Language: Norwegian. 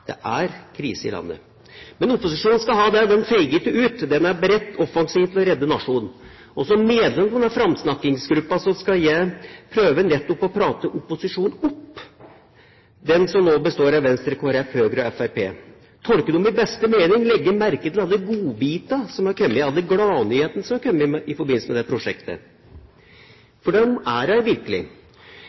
Det er krise i landet. Men opposisjonen skal ha dét, den feiger ikke ut. Den er offensivt beredt til å redde nasjonen. Og som medlem av denne framsnakkingsgruppa skal jeg prøve nettopp å prate opposisjonen – som nå består av Venstre, Kristelig Folkeparti, Høyre og Fremskrittspartiet – opp, tolke dem i beste mening, legge merke til alle godbitene som har kommet, alle gladnyhetene som har kommet i forbindelse med det prosjektet, for de er der virkelig.